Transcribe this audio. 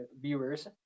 viewers